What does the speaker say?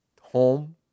home